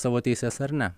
savo teises ar ne